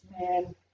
man